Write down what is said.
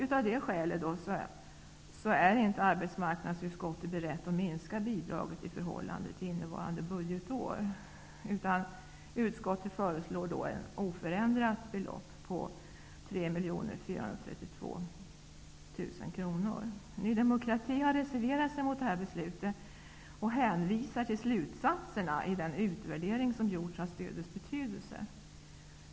Av det skälet är arbetsmarknadsutskottet inte berett att minska bidraget i förhållande till innevarande budgetår. Ny demokrati har reserverat sig mot detta beslut och hänvisar till slutsatserna i den utvärdering som gjorts av stödets betydelse.